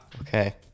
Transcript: Okay